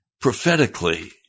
prophetically